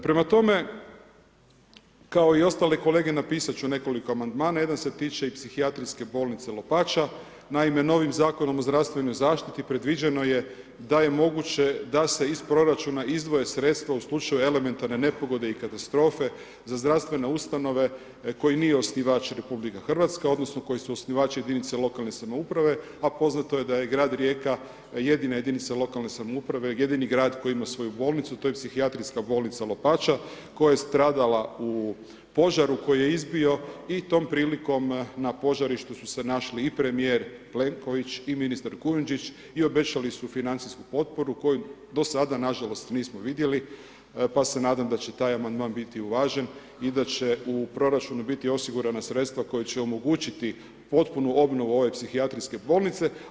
Prema tome, kao i ostali kolege napisati ću nekoliko amandmana, jedan se tiče i psihijatrijske bolnice Lopača, naime, novim Zakonom o zdravstvenom zaštiti, predviđeno je da je moguće da se iz proračuna izdvoje sredstva u slučaju elementarne nepogode i katastrofe za zdravstvene ustanove, koji nije osnivač RH, odnosno, koje su osnivač jedinice lokalne samouprave, pa poznato je da je grad Rijeka, jedina jedinica lokalne samouprave, jedini grad koji ima svoju bolnicu, to je psihijatrijski bolnica Lopača koja je stradala u požaru, koji je izbio i tom prilikom na požarištu su se našli i premjer Plenković i ministar Kujundžić i obećali su financijsku potporu, koju do sada nažalost nismo vidjeli, pa se nadam da će taj amandman biti uvažen i da će u proračunu biti osigurana sredstva koja će omogućiti potpunu obnovu ove psihijatrijske bolnice.